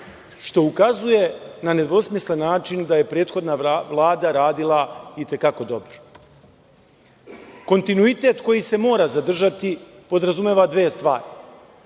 što ukazuje na nedvosmislen način da je prethodna Vlada radila i te kako dobro. Kontinuitet koji se mora zadržati podrazumeva dve stvari.